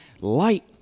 Light